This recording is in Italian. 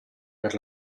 per